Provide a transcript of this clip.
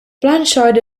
blanchard